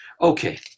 Okay